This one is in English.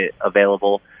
available